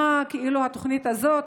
מה התוכנית הזאת?